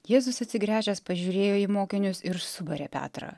jėzus atsigręžęs pažiūrėjo į mokinius ir subarė petrą